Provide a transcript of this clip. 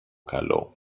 καλό